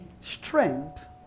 strength